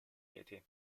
reti